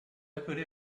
appeler